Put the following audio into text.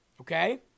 okay